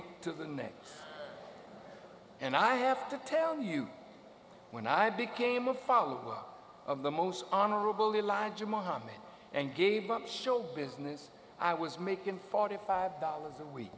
week to the next and i have to tell you when i became a follower of the most honorable elijah mohammed and gave up show business i was making forty five dollars a week